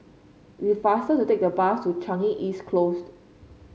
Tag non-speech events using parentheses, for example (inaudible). (unintelligible) faster to take the bus to Changi East Closed